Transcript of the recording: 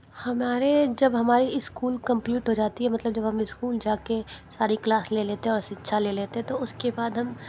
हमारे जब हमारे इस्कूल कंप्लीट हो जाती है मतलब जब हम इस्कूल जाके सारी क्लास ले लेते और शिक्षा ले लेते तो उसके बाद हम